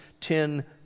Ten